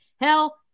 Hell